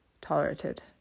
tolerated